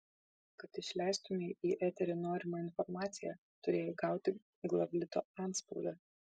kad išleistumei į eterį norimą informaciją turėjai gauti glavlito antspaudą